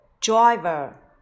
driver